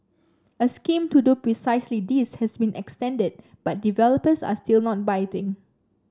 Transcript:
a scheme to do precisely this has been extended but developers are still not biting